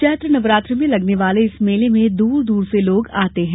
चैत्र नवरात्रि में लगने वाले मेले में दूर से दूर लोग आते हैं